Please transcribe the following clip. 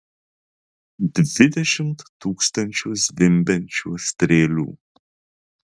dvidešimt tūkstančių zvimbiančių strėlių